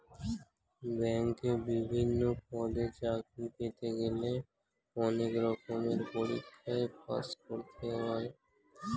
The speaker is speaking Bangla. ব্যাংকে বিভিন্ন পদে চাকরি পেতে গেলে অনেক রকমের পরীক্ষায় পাশ করতে হয়